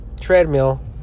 treadmill